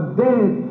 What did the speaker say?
dead